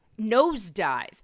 nosedive